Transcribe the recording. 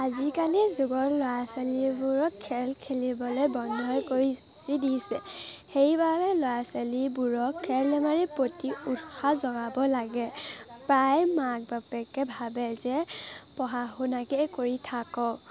আজিকালি যুগৰ ল'ৰা ছোৱালীবোৰক খেল খেলিবলৈ বন্ধ কৰি দিছে সেইবাবে ল'ৰা ছোৱালীবোৰক খেল ধেমালিৰ প্ৰতি উৎসাহ জগাব লাগে প্ৰায় মাক বাপেকে ভাবে যে পঢ়া শুনাকেই কৰি থাকক